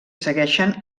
segueixen